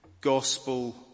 gospel